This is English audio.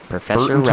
Professor